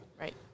Right